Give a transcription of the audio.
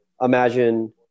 imagine